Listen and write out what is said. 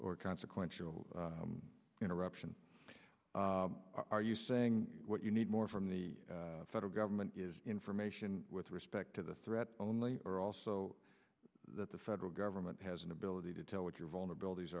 consequential interruption are you saying what you need more from the federal government information with respect to the threat only or also that the federal government has an ability to tell what your vulnerabilities